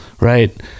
Right